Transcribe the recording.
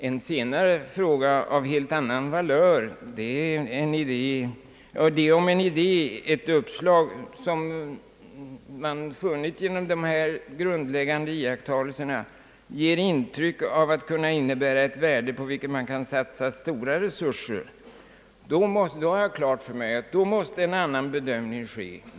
En senare fråga av helt annan valör är om en idé, ett uppslag, som man funnit genom dessa grundläggande iakttagelser ger intryck av att kunna innebära ett värde på vilket man kan satsa stora resurser. Då har jag klart för mig att en annan bedömning måste ske.